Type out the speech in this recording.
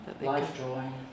Life-drawing